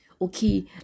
Okay